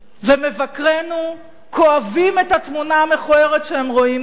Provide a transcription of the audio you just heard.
ומבקרינו כואבים את התמונה המכוערת שהם רואים כאן.